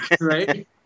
Right